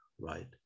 right